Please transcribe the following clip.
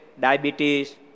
diabetes